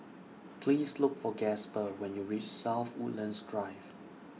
Please Look For Gasper when YOU REACH South Woodlands Drive